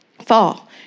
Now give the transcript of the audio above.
fall